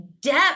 depth